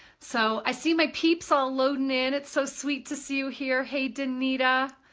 so i see my peeps all loading in. it's so sweet to see you here. hey danita.